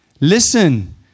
listen